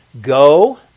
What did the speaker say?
go